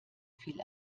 viel